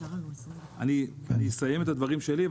אני אסיים את הדברים שלי,